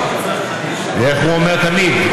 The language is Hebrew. ואיך הוא אומר תמיד,